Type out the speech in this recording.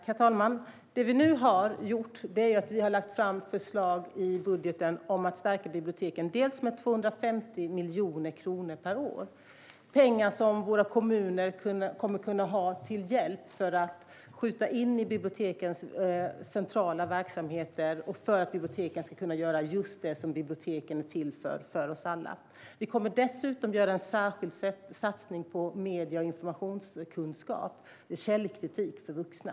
Herr talman! Det vi nu har gjort är att vi har lagt fram förslag i budgeten om att stärka biblioteken med 250 miljoner kronor per år. Det är pengar som våra kommuner kommer att kunna ha till hjälp för att skjuta till i bibliotekens centrala verksamheter och för att de för oss alla ska kunna göra just det som biblioteken är till för. Vi kommer dessutom att göra en särskild satsning på medie och informationskunskap med källkritik för vuxna.